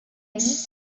need